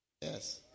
Yes